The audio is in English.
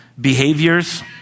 behaviors